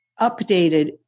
updated